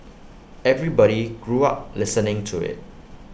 everybody grew up listening to IT